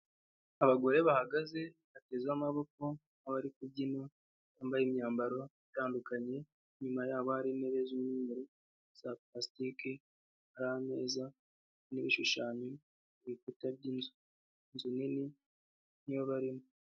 Abagore bahagaze batezeho amaboko nk'abari kubyina bambaye imyambaro itandukanye nyuma yabo hari intebe za pulasitike hari ameza n'ibishushanyo ku bikuta by'inzuzu, inzu nini niyo barimo.